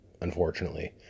Unfortunately